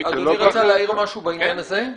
אדוני רצה להעיר משהו בעניין הזה?